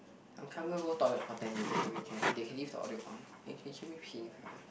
I'm can't even go toilet for ten minutes I don't really care they can leave the audio on they can hear me pee if I want